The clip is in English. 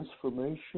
transformation